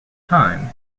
time